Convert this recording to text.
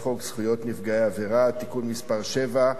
חוק זכויות נפגעי עבירה (תיקון מס' 7)